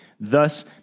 thus